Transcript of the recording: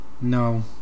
No